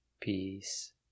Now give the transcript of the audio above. peace